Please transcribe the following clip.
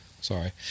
Sorry